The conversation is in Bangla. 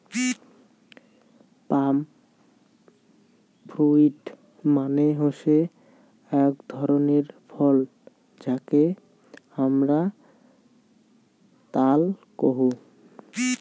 পাম ফ্রুইট মানে হসে আক ধরণের ফল যাকে হামরা তাল কোহু